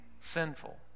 sinful